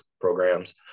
programs